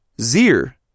zir